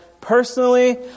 Personally